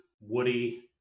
Woody